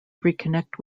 reconnect